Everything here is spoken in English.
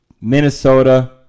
Minnesota